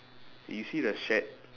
you see the shed